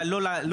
אבל לא לחלוטין.